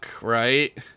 right